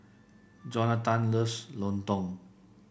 Jonatan loves lontong